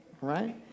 Right